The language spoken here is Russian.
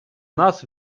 нас